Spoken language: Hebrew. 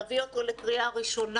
להביא אותו לקריאה ראשונה.